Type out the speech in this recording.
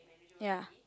ya